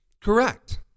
Correct